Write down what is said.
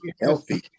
Healthy